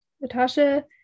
Natasha